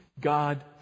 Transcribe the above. God